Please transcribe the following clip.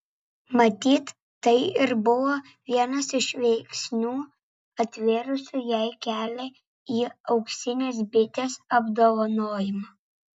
matyt tai ir buvo vienas iš veiksnių atvėrusių jai kelią į auksinės bitės apdovanojimą